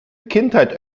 kindheit